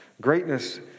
Greatness